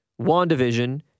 WandaVision